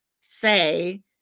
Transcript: say